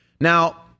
Now